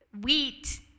wheat